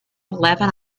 eleven